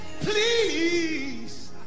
please